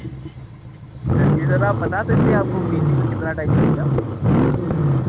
अच्छा जी सर आप बता सकते हैं कि आपको मीटिंग में कितना टाइम लगेगा